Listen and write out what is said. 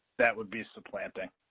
that would be supplanting.